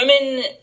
women